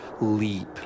leap